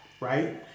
right